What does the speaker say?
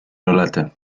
rolety